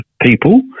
people